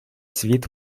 світ